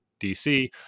DC